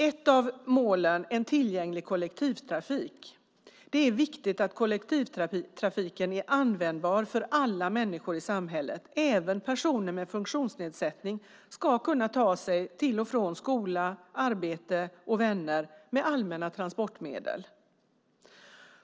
Ett av målen är en tillgänglig kollektivtrafik. Det är viktigt att kollektivtrafiken är användbar för alla människor i samhället. Även personer med funktionsnedsättning ska kunna ta sig till och från skola, arbete och vänner med allmänna transportmedel.